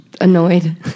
Annoyed